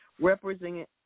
representing